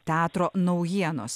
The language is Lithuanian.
teatro naujienos